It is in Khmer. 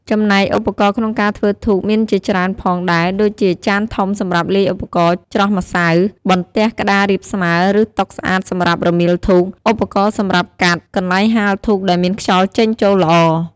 ចំណែកឧបករណ៍ក្នុងការធ្វើធូបមានជាច្រើនផងដែរដូចជាចានធំសម្រាប់លាយឧបករណ៍ច្រោះម្សៅ បន្ទះក្តាររាបស្មើ ឬតុស្អាតសម្រាប់រមៀលធូប ឧបករណ៍សម្រាប់កាត់ កន្លែងហាលធូបដែលមានខ្យល់ចេញចូលល្អ។